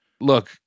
Look